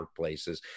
workplaces